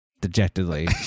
dejectedly